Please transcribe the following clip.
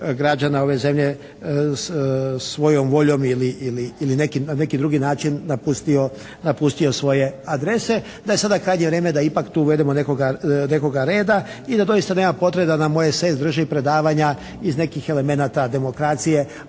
građana ove zemlje svojom voljom ili na neki drugi način napustio svoje adrese. Da je sada kad je vrijeme da ipak tu uvedeno nekoga reda i da doista nema potrebe da nam OESS drži predavanja iz nekih elemenata demokracije,